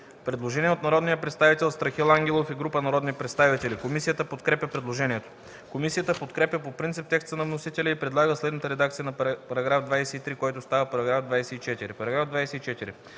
предложение от народния представител Томислав Дончев и група народни представители. Комисията подкрепя по принцип предложението. Комисията подкрепя по принцип текста на вносителя и предлага следната редакция на § 21, който става § 22: „§ 22.